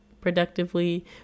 productively